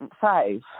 Five